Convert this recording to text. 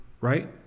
right